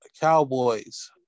Cowboys